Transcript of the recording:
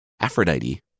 Aphrodite